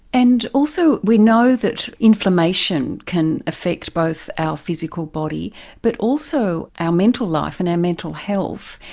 and also we know that inflammation can affect both our physical body but also ah mental life and our mental health.